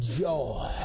joy